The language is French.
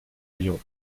lyon